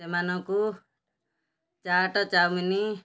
ସେମାନଙ୍କୁ ଚାଟ ଚାଓମିନ